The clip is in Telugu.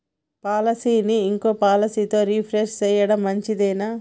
పాలసీని ఇంకో పాలసీతో రీప్లేస్ చేయడం మంచిదేనా?